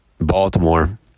Baltimore